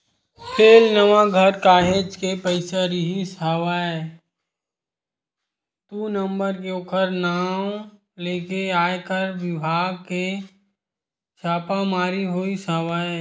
फेलनवा घर काहेच के पइसा रिहिस हवय दू नंबर के ओखर नांव लेके आयकर बिभाग के छापामारी होइस हवय